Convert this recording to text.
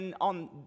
on